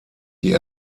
die